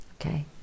Okay